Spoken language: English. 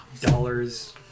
dollars